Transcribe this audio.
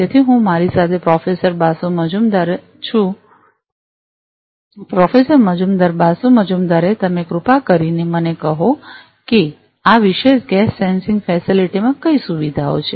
તેથી હું મારી સાથે પ્રોફેસર બાસુ મજમુદરે છું પ્રોફેસર મજમુદર બાસુ મજમુદરે તમે કૃપા કરીને મને કહો કે આ વિશેષ ગેસ સેન્સિંગ ફેસિલિટી લેબમાં કઈ સુવિધાઓ છે